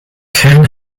ken